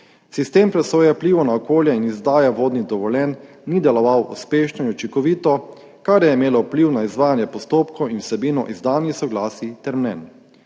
Sistem presoje vplivov na okolje in izdaje vodnih dovoljenj ni deloval uspešno in učinkovito, kar je imelo vpliv na izvajanje postopkov in vsebino izdanih soglasij ter mnenj.